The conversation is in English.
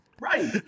Right